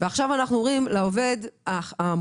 עכשיו אנחנו אומרים לעובד המוחלש,